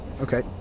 Okay